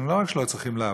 שלא רק שהם לא צריכים לעבוד,